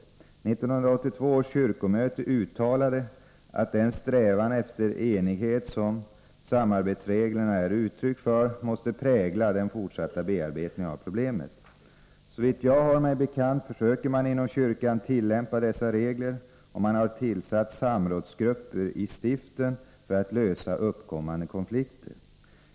1982 års kyrkomöte uttalade att den strävan efter enighet som samarbetsreglerna är uttryck för måste prägla den fortsatta bearbetningen av problemet. Såvitt jag har mig bekant försöker man inom kyrkan tillämpa dessa regler, och man har tillsatt samrådsgrupper i stiften för att lösa uppkommande konflikter.